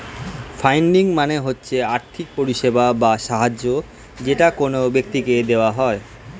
funding মানে হচ্ছে আর্থিক পরিষেবা বা সাহায্য যেটা কোন ব্যক্তিকে দেওয়া হয়